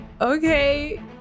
okay